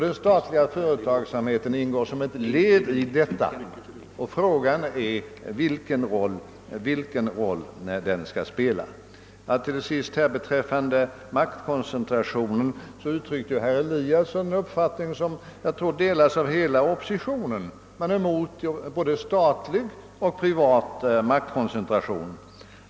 Den statliga företagsamheten ingår som ett led i detta. Frågan är vilken roll den skall spela. Vad beträffar maktkoncentrationen uttryckte herr Eliasson i Sundborn en uppfattning som jag tror delas av hela oppositionen: Man är emot både statlig och privat maktkoncentration.